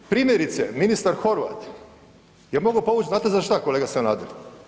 Primjerice ministar Horvat je mogao povući znate za što kolega Sanader?